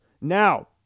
Now